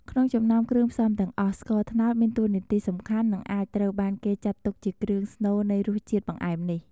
ក្នុងចំណោមគ្រឿងផ្សំទាំងអស់ ស្ករត្នោត មានតួនាទីសំខាន់ និងអាចត្រូវបានគេចាត់ទុកជាគ្រឿងស្នូលនៃរសជាតិបង្អែមនេះ។